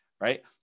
Right